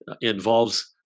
involves